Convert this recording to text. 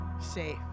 safe